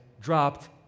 dropped